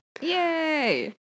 Yay